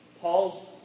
Paul's